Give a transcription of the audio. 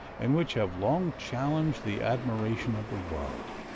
and which have long challenged the admiration of the world.